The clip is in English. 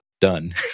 done